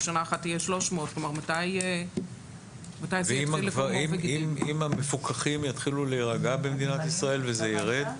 שנה אחת יהיה 300. אם המפוקחים יתחילו להירגע במדינת ישראל והמספר ירד?